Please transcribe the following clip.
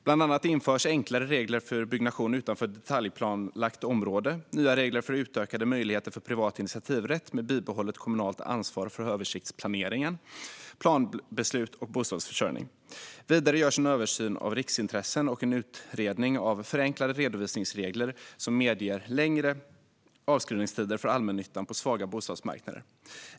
Bland annat införs enklare regler för byggnation utanför detaljplanelagt område, nya regler med utökade möjligheter för privat initiativrätt med bibehållet kommunalt ansvar för översiktsplanering, planbeslut och bostadsförsörjning. Vidare görs en översyn av riksintressen och en utredning av förenklade redovisningsregler som medger längre avskrivningstider för allmännyttan på svaga bostadsmarknader.